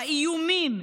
האיומים,